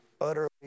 utterly